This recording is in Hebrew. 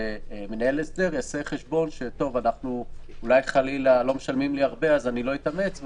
שמנהל הסדר יעשה חשבון: אולי חלילה לא משלמים לי הרבה ואני לא אתאמץ,